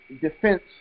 defense